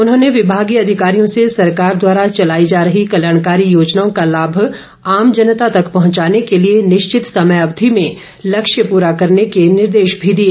उन्होंने विमागीय अधिकारियों से सरकार द्वारा चलाई जा रही कल्याणकारी योजनाओं का लाभ आम जनता तक पहुंचाने के लिए निश्चित समय अवधि में लक्ष्य पूरा करने के निर्देश भी दिए